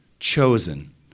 chosen